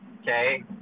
Okay